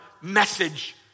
message